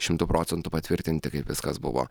šimtu procentų patvirtinti kaip viskas buvo